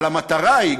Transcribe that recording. אבל המטרה היא,